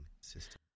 system